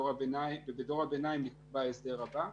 ובדור הביניים נקבע ההסדר הבא.